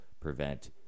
prevent